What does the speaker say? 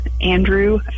Andrew